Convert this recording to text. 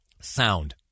Sound